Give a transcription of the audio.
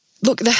Look